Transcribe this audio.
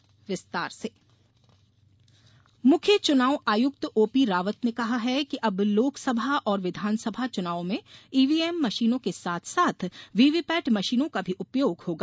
मुख्य चुनाव आयुक्त मुख्य चुनाव आयुक्त ओपीरावत ने कहा है कि अब लोक सभा और विधानसभा चुनावों में ईवीएम मशीनों के साथ साथ वीवीपैट मशीनों का भी उपयोग होगा